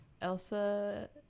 elsa